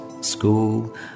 School